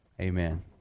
Amen